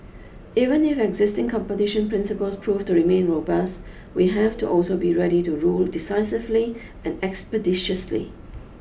even if existing competition principles prove to remain robust we have to also be ready to rule decisively and expeditiously